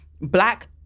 Black